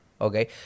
okay